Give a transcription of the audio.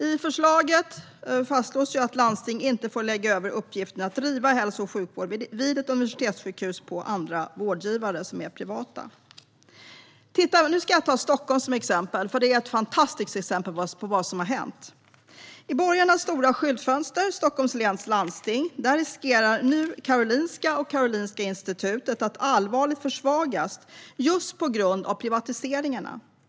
I förslaget fastslås att landsting inte får lägga över uppgiften att bedriva hälso och sjukvård vid ett universitetssjukhus på vårdgivare som är privata. Jag ska ta Stockholm som exempel, för det är ett fantastiskt exempel på vad som har hänt. I borgarnas stora skyltfönster, Stockholms läns landsting, riskerar nu Karolinska och Karolinska Institutet att allvarligt försvagas just på grund av privatiseringarna.